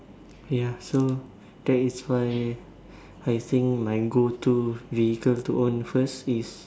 ya so that's why I think my go to vehicle to own first is